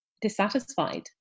dissatisfied